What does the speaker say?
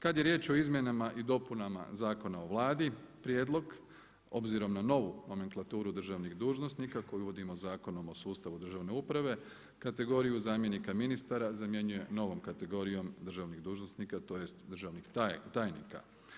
Kad je riječ o izmjenama i dopunama Zakona o Vladi prijedlog obzirom na novu nomenklaturu državnih dužnosnika koju uvodimo Zakonom o sustavu državne uprave kategoriju zamjenika ministara zamjenjuje novom kategorijom državnih dužnosnika tj. državnih tajnika.